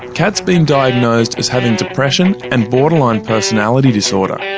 kat's been diagnosed as having depression and borderline personality disorder.